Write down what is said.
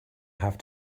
have